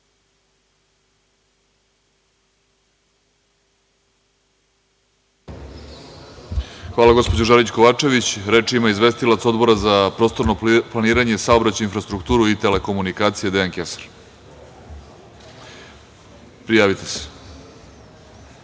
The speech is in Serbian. Hvala, gospođo Žarić Kovačević. Reč ima izvestilac Odbora za prostorno planiranje, saobraćaj, infrastrukturu i telekomunikacije, Dejan Kesar. **Dejan